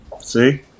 see